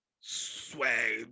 swag